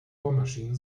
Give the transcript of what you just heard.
bohrmaschinen